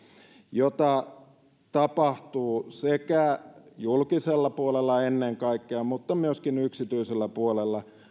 jota tapahtuu julkisella puolella ennen kaikkea mutta myöskin yksityisellä puolella